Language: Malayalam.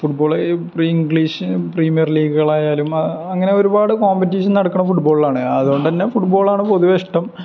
ഫുട്ബോൾ ഇംഗ്ലീഷ് പ്രീമിയർ ലീഗുകളായാലും അങ്ങനെ ഒരു പാട് കോമ്പറ്റീഷൻ നടക്കുന്നത് ഫുട്ബോളിലാണ് അതുകൊണ്ടുതന്നെ ഫുട്ബോളാണ് പൊതുവെ ഇഷ്ടം